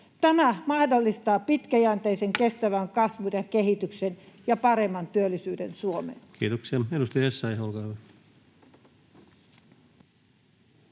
Tämä mahdollistaa pitkäjänteisen kestävän kasvun ja kehityksen ja paremman työllisyyden Suomen. Kiitoksia. — Edustaja Essayah, olkaa hyvä.